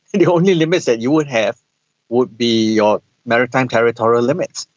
the only limits that you would have would be your maritime territorial limits,